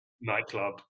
nightclub